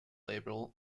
label